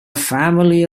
family